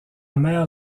mère